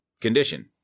condition